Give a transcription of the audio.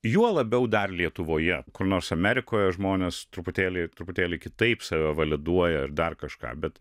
juo labiau dar lietuvoje kur nors amerikoje žmonės truputėlį truputėlį kitaip save validuoja ir dar kažką bet